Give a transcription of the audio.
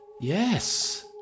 Yes